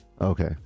Okay